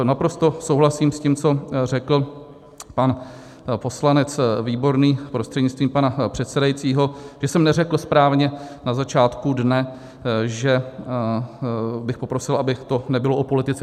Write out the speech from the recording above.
Naprosto souhlasím s tím, co řekl pan poslanec Výborný prostřednictvím pana předsedajícího, že jsem neřekl správně na začátku dne, že bych poprosil, aby to nebylo o politice.